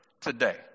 today